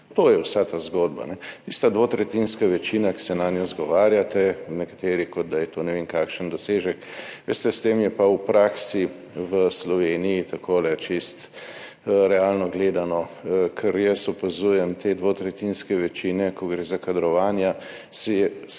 To je vsa ta zgodba. Tista dvotretjinska večina, na katero se nekateri izgovarjate, kot da je to ne vem kakšen dosežek. Veste, s tem je pa v praksi v Sloveniji takole, čisto realno gledano, kar jaz opazujem te dvotretjinske večine, ko gre za kadrovanja, se je